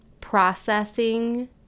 processing